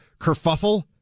kerfuffle